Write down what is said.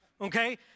okay